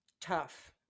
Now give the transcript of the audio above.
tough